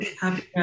happy